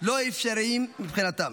לא אפשריים מבחינתם,